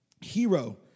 hero